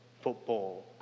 football